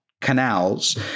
canals